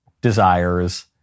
desires